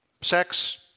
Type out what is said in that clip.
sex